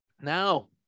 Now